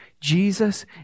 Jesus